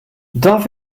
darf